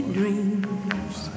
dreams